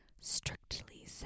Strictly